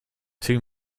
too